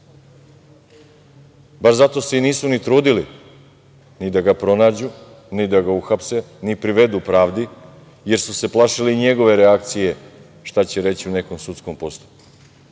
Baš zato se nisu ni trudili ni da ga pronađu, ni da ga uhapse, ni privedu pravdi, jer su se plašili njegove reakcije šta će reći u nekom sudskom postupku.